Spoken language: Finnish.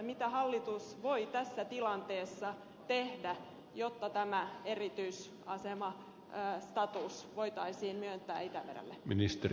mitä hallitus voi tässä tilanteessa tehdä jotta tämä erityisasema status voitaisiin myöntää itämerelle